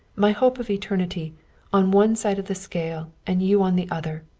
my hope of eternity on one side of the scale and you on the other.